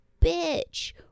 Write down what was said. bitch